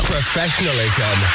Professionalism